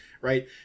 right